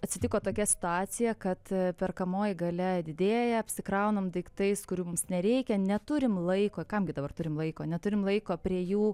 atsitiko tokia situacija kad perkamoji galia didėja apsikraunam daiktais kurių mums nereikia neturim laiko kam gi dabar turim laiko neturim laiko prie jų